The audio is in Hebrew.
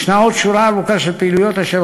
יש עוד שורה ארוכה של פעילויות אשר